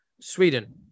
Sweden